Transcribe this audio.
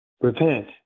Repent